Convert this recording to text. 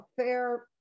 fair